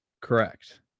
Correct